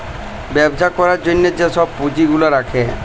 ব্যবছা ক্যরার জ্যনহে যে ছব পুঁজি গুলা রাখে